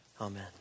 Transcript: Amen